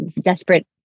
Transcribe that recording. desperate